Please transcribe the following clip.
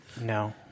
No